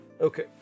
Okay